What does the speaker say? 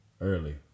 early